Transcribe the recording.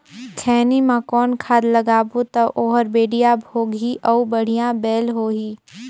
खैनी मा कौन खाद लगाबो ता ओहार बेडिया भोगही अउ बढ़िया बैल होही?